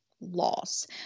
loss